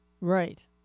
Right